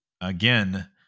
again